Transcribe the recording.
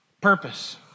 purpose